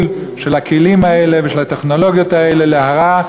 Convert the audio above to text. של הכלים האלה ושל הטכנולוגיות האלה להרע,